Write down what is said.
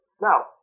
Now